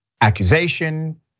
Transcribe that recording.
accusation